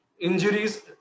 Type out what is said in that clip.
injuries